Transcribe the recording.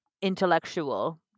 intellectual